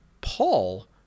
Paul